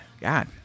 God